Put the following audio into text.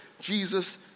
Jesus